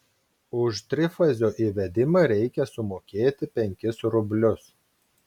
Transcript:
už trifazio įvedimą reikia sumokėti penkis rublius